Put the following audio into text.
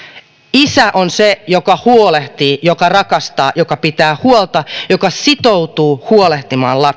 isä on se joka huolehtii joka rakastaa joka pitää huolta joka sitoutuu huolehtimaan